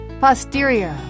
Posterior